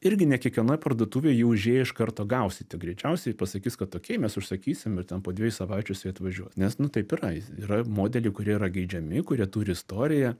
irgi ne kiekvienoj parduotuvėj ji užėję iš karto gausite greičiausiai pasakys kad okei mes užsakysim ir ten po dviejų savaičių jis atvažiuos nes nu taip yra jis yra modeliai kurie yra geidžiami kurie turi istoriją